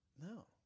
No